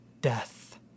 death